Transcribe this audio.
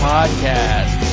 Podcast